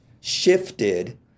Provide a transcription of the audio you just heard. shifted